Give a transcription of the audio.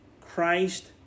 Christ